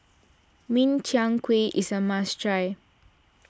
Min Chiang Kueh is a must try